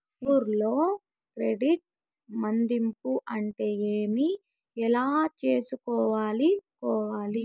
ఊర్లలో క్రెడిట్ మధింపు అంటే ఏమి? ఎలా చేసుకోవాలి కోవాలి?